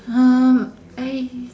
um I